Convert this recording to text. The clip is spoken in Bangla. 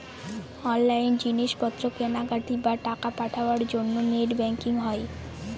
অনলাইন জিনিস পত্র কেনাকাটি, বা টাকা পাঠাবার জন্য নেট ব্যাঙ্কিং হয়